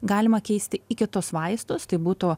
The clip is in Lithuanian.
galima keisti į kitus vaistus tai būtų